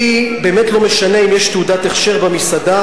לי באמת לא משנה אם יש תעודת הכשר במסעדה,